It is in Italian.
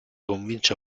convince